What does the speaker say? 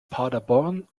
paderborn